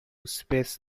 space